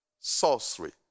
sorcery